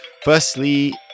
Firstly